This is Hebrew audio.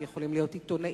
הם יכולים להיות עיתונאים,